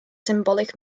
symbolic